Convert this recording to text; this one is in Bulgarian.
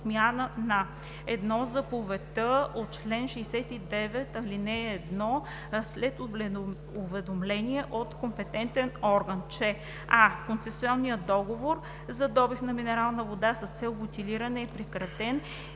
а) концесионният договор за добив на минерална вода с цел бутилиране е прекратен